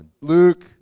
Luke